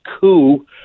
coup